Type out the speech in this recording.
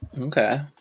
okay